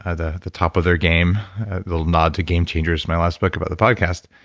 ah the the top of their game. a little nod to game changers, my last book, about the podcast.